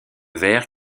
verre